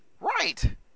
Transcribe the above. Right